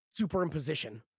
Superimposition